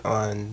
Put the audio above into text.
on